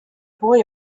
boy